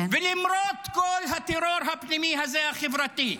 ולמרות כל הטרור הפנימי הזה, החברתי,